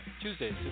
Tuesdays